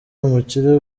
umukire